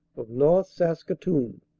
of north saskatoon,